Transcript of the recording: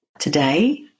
Today